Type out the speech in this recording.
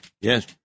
Yes